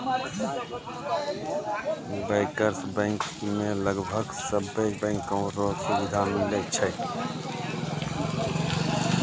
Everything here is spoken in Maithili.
बैंकर्स बैंक मे लगभग सभे बैंको रो सुविधा मिलै छै